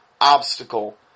obstacle